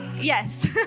Yes